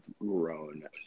grown